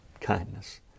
kindness